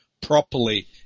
properly